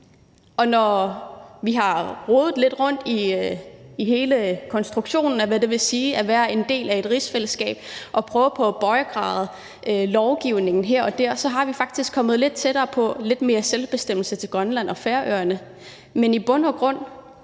og når vi har rodet lidt rundt i hele konstruktionen af, hvad det vil sige at være en del af et rigsfællesskab og prøvet at gradbøje lovgivningen her og der, er vi faktisk kommet lidt tættere på lidt mere selvbestemmelse til Grønland og Færøerne, men i bund og grund